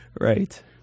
Right